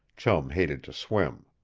chum hated to swim.